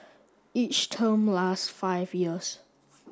each term lasts five years